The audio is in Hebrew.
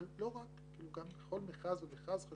כל המערכת אמונה על התייעלות,